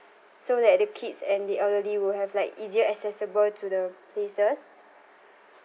so that the kids and the elderly will have like easier accessible to the places